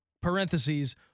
parentheses